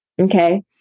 Okay